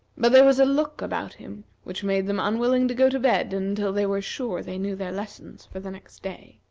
but there was a look about him which made them unwilling to go to bed until they were sure they knew their lessons for the next day.